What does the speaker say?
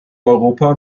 europa